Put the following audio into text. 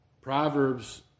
Proverbs